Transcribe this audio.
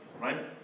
Right